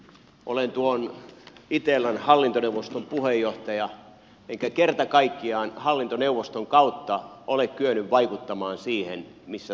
olen itellan hallintoneuvoston puheenjohtaja enkä kerta kaikkiaan hallintoneuvoston kautta ole kyennyt vaikuttamaan siihen missä tahtoni on vahva